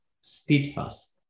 steadfast